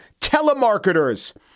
Telemarketers